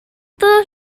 todos